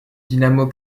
dynamo